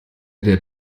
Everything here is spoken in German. der